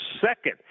second